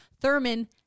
Thurman